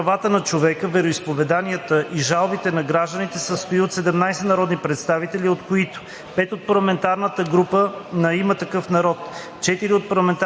Комисията по правата на човека, вероизповеданията и жалбите на гражданите се състои от 17 народни представители, от които 5 от парламентарната група на „Има такъв народ“,